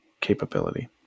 capability